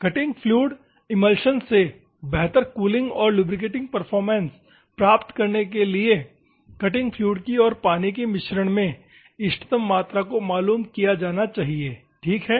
cutting fluid emulsion से बेहतर cooling और लुब्रिकेटिंग परफॉर्मेंस प्राप्त करने के लिए कटिंग फ्लुइड की और पानी की मिश्रण में इष्टतम मात्रा को मालूम किया जाना चाहिए ठीक है